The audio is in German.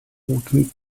guten